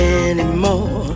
anymore